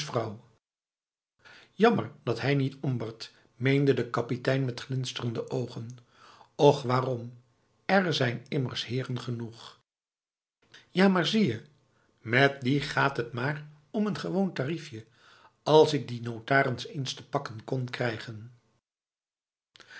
jammer dat hij niet hombert meende de kapitein met glinsterende ogen och waarom er zijn immers heren genoeg ja maar zie je met die gaat het maar om een gewoon tariefje als ik die notaris eens te pakken kon krijgen